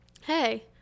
hey